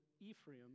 Ephraim